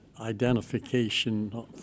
identification